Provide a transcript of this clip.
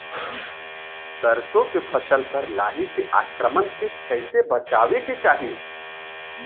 सरसो के फसल पर लाही के आक्रमण से कईसे बचावे के चाही?